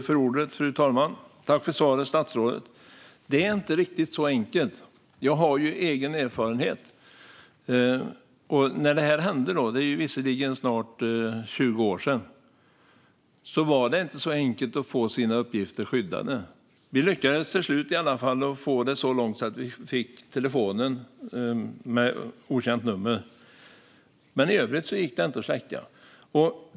Fru talman! Tack för svaret, statsrådet! Det är inte riktigt så enkelt. Jag har ju egen erfarenhet. När det här hände - det är visserligen snart 20 år sedan - var det inte så enkelt att få sina uppgifter skyddade. Vi lyckades till slut i alla fall få hemligt nummer till telefonen, men i övrigt gick det inte.